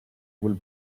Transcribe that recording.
will